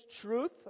truth